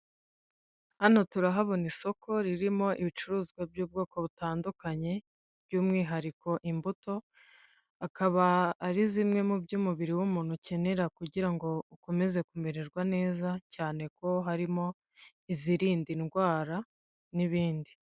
Hano turahabona isoko ririmo ibicuruzwa by'ubwoko butandukanye by'umwihariko imbuto akaba ari zimwe mu byo umubiri w'umuntu ukenera kugira ngo ukomeze kumererwa neza cyane ko harimo izirinda indwara n'ibindi.